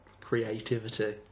creativity